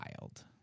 wild